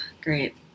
Great